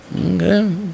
Okay